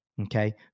Okay